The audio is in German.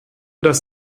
dass